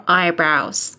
eyebrows